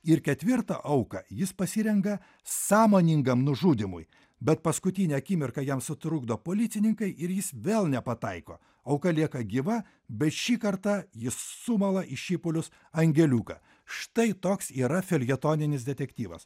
ir ketvirtą auką jis pasirenka sąmoningam nužudymui bet paskutinę akimirką jam sutrukdo policininkai ir jis vėl nepataiko auka lieka gyva bet šį kartą jis sumala į šipulius angeliuką štai toks yra feljetoninis detektyvas